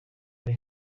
ari